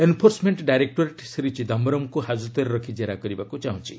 enforcement directorate Shri ଚିଦାୟରମ୍ଙ୍କୁ ହାଜତରେ ରଖି ଜେରା କରିବାକୁ ଚାହୁଁଛି